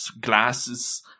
glasses